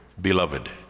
beloved